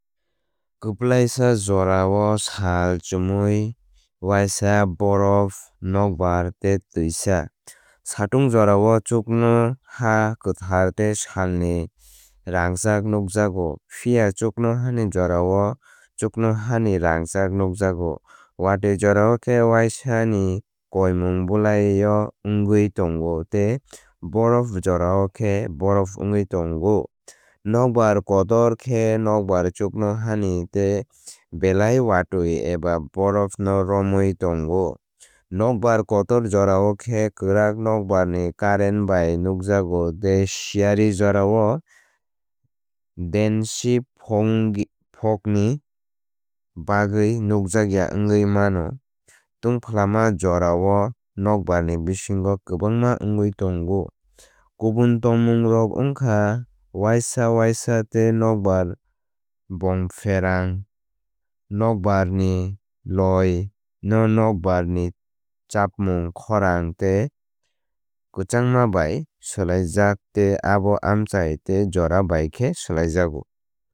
Kwplaisa jorao sal chumui uaisa borof nokbar nokbar tei twisa satung jorao chuknoha kwthar tei salni rangchak nukjago. Phiya chuknohani jorao chuknohani rangchak nukjago. Watui jorao khe uaisa ni koimung bwlai o wngwi tongo tei borof jorao khe borop wngwi tongo. Nokbar kotor khe nokbar chuknohani tei belai uatwi eba borof no romwi tongo. Nokbar kotor jorao khe kwrak nokbarni current bai nukjago tei siyari jorao dense fogni bagwi nukjakya wngwi mano. Tungfalama jorao nokbarni bisingo kwbangma wngwi tongo. Kubun tongmungrok wngkha uaisa uaisa tei nokbar bongpherang nokbar ni loui no nokbar ni chapmung khorang tei kwchangma bai swlaijak tei abo amchai tei jora bai khe swlaijago